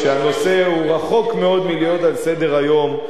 כשהנושא הוא רחוק מאוד מלהיות על סדר-היום,